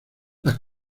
las